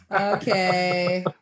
Okay